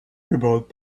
about